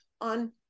on